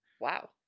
Wow